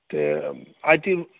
تہٕ اَتہِ